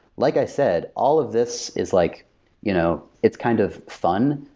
like i said, all of this is, like you know it's kind of fun,